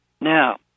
Now